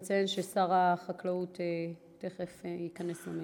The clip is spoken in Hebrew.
רק אציין ששר החקלאות תכף ייכנס למליאה.